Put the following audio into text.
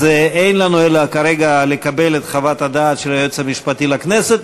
אז אין לנו כרגע אלא לקבל את חוות הדעת של היועץ המשפטי לכנסת,